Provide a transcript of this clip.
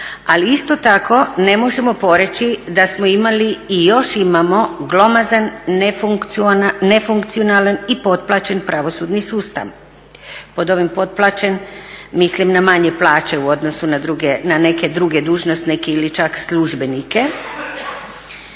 ali isto tako ne možemo da smo imali i još imamo glomazan, nefunkcionalan i potplaćen pravosudni sustav. Pod ovim potplaćen mislim na manje plaće u odnosu na neke druge dužnosnike ili čak službenike.